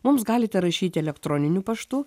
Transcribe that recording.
mums galite rašyti elektroniniu paštu